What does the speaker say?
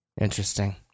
Interesting